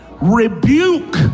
rebuke